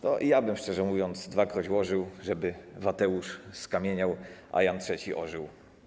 No i ja bym, szczerze mówiąc, dwakroć łożył, żeby Vateusz skamieniał, a Jan III ożył.